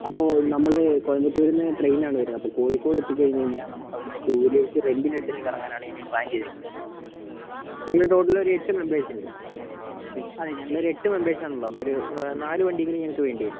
അപ്പോൾ നമ്മൾ കോയമ്പത്തൂർന്ന് ട്രെയിനാണ് വരുന്ന അപ്പം കോഴിക്കോട് എത്തിക്കഴിഞ്ഞ് കഴിഞ്ഞാൽ നമുക്കവിടുന്ന് ടു വീലർസ് റെൻറ്റിനെടുത്തിട്ട് കറങ്ങാനാണ് ഞങ്ങൾ പ്ലാൻ ചെയ്തേക്കുന്നത് ഞങ്ങൾ ടോട്ടല് ഒരു എട്ട് മെംബേർസ് ഉണ്ട് അതേ ഞങ്ങൾ ഒരു എട്ട് മെംബേർസ് ആണുള്ളത് അപ്പമൊരു നാല് വണ്ടിയെങ്കിലും വേണ്ടി വരും